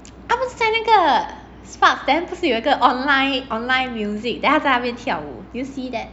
他不是在 sparks then 不是有一个 online online music then 他在那边跳舞 did you see that